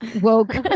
woke